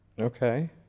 Okay